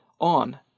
on